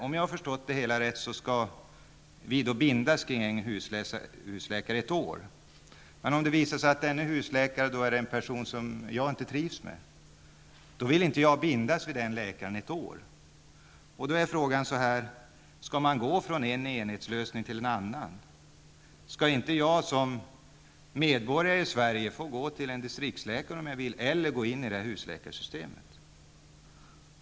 Om jag har förstått det hela rätt, skall vi bindas till en husläkare ett år. Men om det visar sig att denne husläkare är en person som jag inte trivs med vill jag inte bindas till den läkaren ett år. Frågan är: Skall man då gå från en enhetslösning till en annan? Skall inte jag som medborgare i Sverige få gå till en distriktsläkare om jag vill?